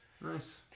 Nice